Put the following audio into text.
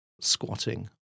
squatting